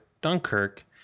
Dunkirk